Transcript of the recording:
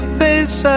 face